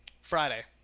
Friday